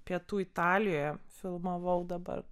pietų italijoje filmavau dabar